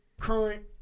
current